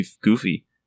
goofy